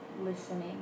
listening